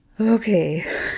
Okay